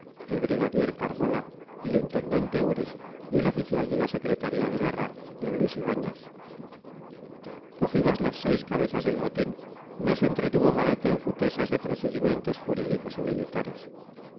el brigadier carmona el intendente uriz y el oficial de la secretaría de guerra d luis ibáñez cogidas las seis cabezas del motín no se entretuvo maroto en futesas de procedimientos jurídicos y militares